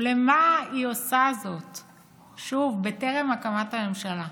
ולמה היא עושה זאת שוב, בטרם הקמת ממשלה?